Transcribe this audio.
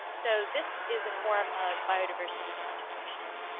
so this is a form of biodiversity contribution,